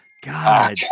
God